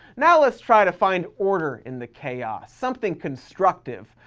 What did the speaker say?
now let's try to find order in the chaos, something constructive,